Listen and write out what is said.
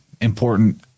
important